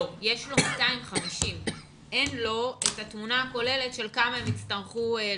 את התמונה הכוללת של כמה הם יצטרכו לשפות.